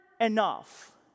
enough